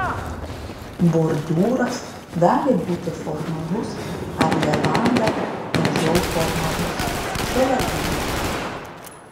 bordiūras gali būti formalus ar levanda mažiau formalus šalavijai